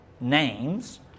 names